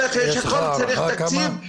אני מאוד מודה לך על הדיון, תודה רבה.